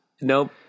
Nope